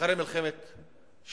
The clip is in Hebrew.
אחרי מלחמת 67',